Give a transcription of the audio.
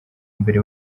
mbere